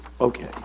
Okay